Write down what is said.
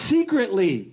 Secretly